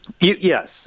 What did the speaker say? Yes